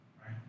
Right